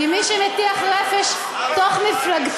כי מי שמטיח רפש תוך-מפלגתי,